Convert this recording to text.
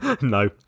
No